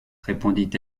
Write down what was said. répondit